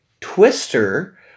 Twister